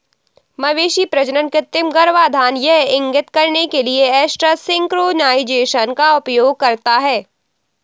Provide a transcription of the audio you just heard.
मवेशी प्रजनन कृत्रिम गर्भाधान यह इंगित करने के लिए एस्ट्रस सिंक्रोनाइज़ेशन का उपयोग करता है